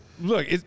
Look